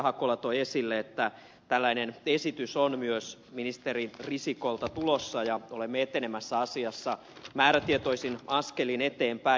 hakola toi esille että tällainen esitys on myös ministeri risikolta tulossa ja olemme etenemässä asiassa määrätietoisin askelin eteenpäin